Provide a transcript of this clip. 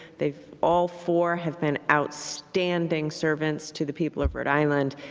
they all four have been outstanding servants to the people of rhode island.